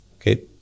Okay